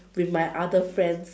with my other friends